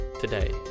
today